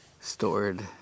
Stored